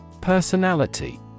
Personality